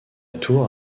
tour